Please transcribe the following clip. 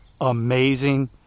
amazing